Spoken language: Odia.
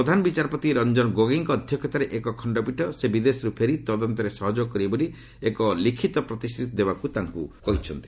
ପ୍ରଧାନ ବିଚାରପତି ରଞ୍ଜନ ଗୋଗୋଇଙ୍କ ଅଧ୍ୟକ୍ଷତାରେ ଏକ ଖଣ୍ଡପୀଠ ସେ ବିଦେଶରୁ ଫେରି ତଦନ୍ତରେ ସହଯୋଗ କରିବେ ବୋଲି ଏକ ଲିଖିତ ପ୍ରତିଶ୍ରତି ଦେବାକୁ ତାଙ୍କୁ କହିଛନ୍ତି